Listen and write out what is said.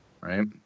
right